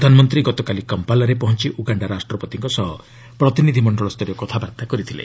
ପ୍ରଧାନମନ୍ତ୍ରୀ ଗତକାଲି କମ୍ପାଲାରେ ପହଞ୍ଚ ଉଗାଣ୍ଡା ରାଷ୍ଟ୍ରପତିଙ୍କ ସହ ପ୍ରତିନିଧି ମଣ୍ଡଳସ୍ତରୀୟ କଥାବାର୍ତ୍ତା କରିଥିଲେ